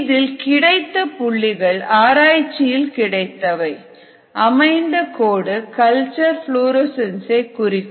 இதில் கிடைத்த புள்ளிகள் ஆராய்ச்சியில் கிடைத்தவை அமைந்த கோடு கல்ச்சர் புளோரசன்ஸ் ஐ குறிக்கும்